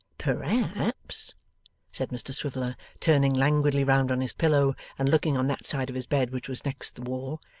perhaps said mr swiveller, turning languidly round on his pillow, and looking on that side of his bed which was next the wall,